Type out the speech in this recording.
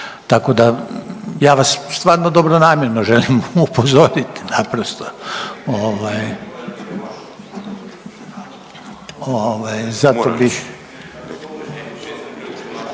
Tako da, ja vam stvarno dobronamjerno želim upozoriti naprosto.